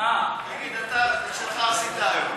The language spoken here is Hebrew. את שלך עשית היום.